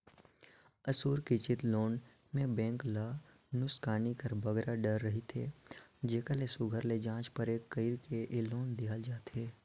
असुरक्छित लोन में बेंक ल नोसकानी कर बगरा डर रहथे जेकर ले सुग्घर ले जाँच परेख कइर के ए लोन देहल जाथे